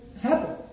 happen